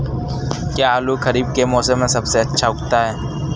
क्या आलू खरीफ के मौसम में सबसे अच्छा उगता है?